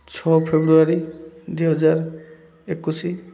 ଛଅ ଫେବୃଆରୀ ଦୁଇ ହଜାର ଏକୋଇଶ